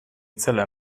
itzela